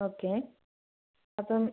okay അപ്പം